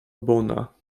bona